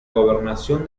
gobernación